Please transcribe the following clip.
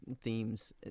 themes